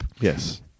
Yes